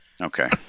Okay